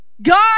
God